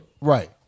Right